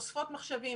אוספות מחשבים,